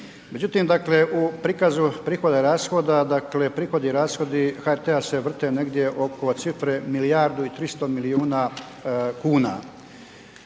Međutim dakle u prikazu prihoda i rashoda dakle prihodi i rashodi HRT-a se vrte negdje oko cifre milijardu i 300 milijuna kuna.